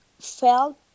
felt